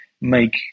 make